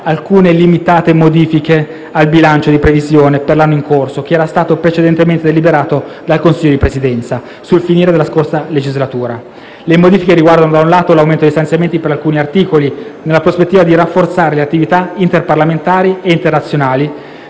alcune limitate modifiche al bilancio di previsione per l'anno in corso, che era stato precedentemente deliberato dal Consiglio di Presidenza sul finire della scorsa legislatura. Le modifiche riguardano da un lato l'aumento degli stanziamenti per alcuni articoli, nella prospettiva di rafforzare le attività interparlamentari e internazionali